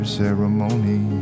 ceremony